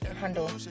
handle